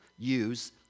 Use